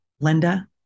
Linda